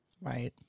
Right